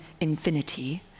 infinity